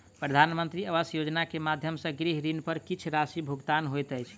प्रधानमंत्री आवास योजना के माध्यम सॅ गृह ऋण पर किछ राशि भुगतान होइत अछि